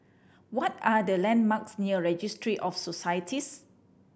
what are the landmarks near Registry of Societies